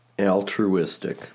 altruistic